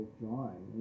drawing